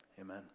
Amen